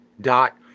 dot